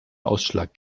ausschlag